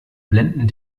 blenden